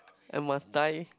and must die